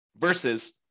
versus